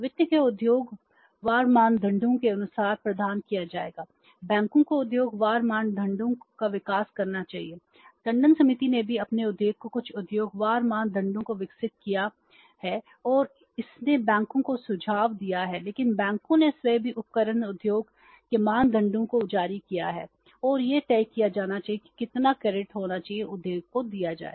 वित्त को उद्योग वार मानदंडों के अनुसार प्रदान किया जाएगा बैंकों को उद्योग वार मानदंडों का विकास करना चाहिए टंडन समिति ने भी अपने उद्योग को कुछ उद्योग वार मानदंडों को विकसित किया है और इसने बैंकों को सुझाव दिया है लेकिन बैंकों ने स्वयं भी उपकरण उद्योग के मानदंडों को जारी किया है और यह तय किया जाना चाहिए कि कितना क्रेडिट होना चाहिए उद्योग को दिया जाए